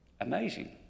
amazing